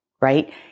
right